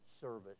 service